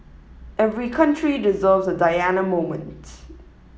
every country deserves a Diana moment